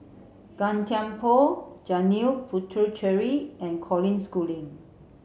Gan Thiam Poh Janil Puthucheary and Colin Schooling